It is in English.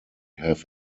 have